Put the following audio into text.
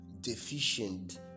deficient